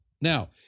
Now